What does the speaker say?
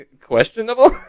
questionable